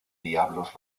diablos